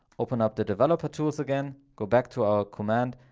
open up the developer tools again, go back to our command.